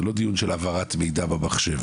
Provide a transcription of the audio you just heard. זה לא דיון של העברת מידע במחשב,